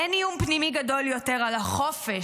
אין איום פנימי גדול יותר על החופש